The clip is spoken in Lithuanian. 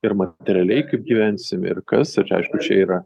ir materialiai kaip gyvensim ir kas ir aišku čia yra